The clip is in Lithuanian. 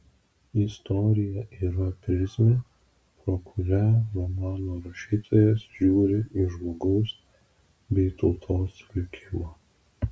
istorija yra prizmė pro kurią romano rašytojas žiūri į žmogaus bei tautos likimą